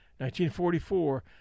1944